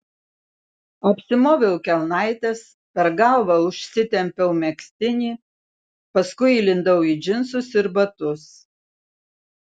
apsimoviau kelnaites per galvą užsitempiau megztinį paskui įlindau į džinsus ir batus